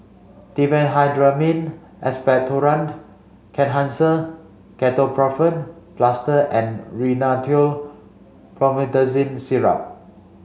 Diphenhydramine Expectorant Kenhancer Ketoprofen Plaster and Rhinathiol Promethazine Syrup